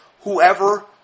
Whoever